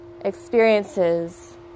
experiences